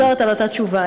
אני חוזרת על אותה תשובה.